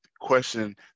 question